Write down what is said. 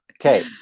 Okay